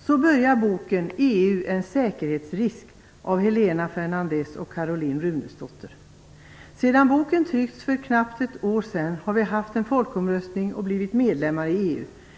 Så börjar boken EU - en säkerhetsrisk, av Helena Fernandez och Caroline Runesdotter. Sedan boken trycktes för knappt ett år sedan har vi haft en folkomröstning, och Sverige har blivit medlem i EU.